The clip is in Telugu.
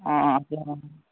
సరే అన్న